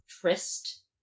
tryst